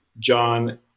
John